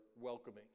welcoming